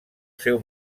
seu